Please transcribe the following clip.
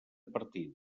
partida